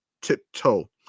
Tiptoe